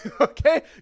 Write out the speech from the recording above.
Okay